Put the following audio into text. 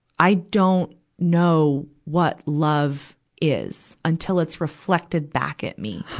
i don't know what love is until it's reflected back at me.